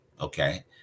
Okay